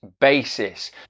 basis